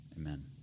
amen